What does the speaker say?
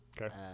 Okay